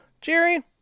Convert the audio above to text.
Jerry